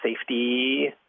safety